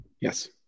Yes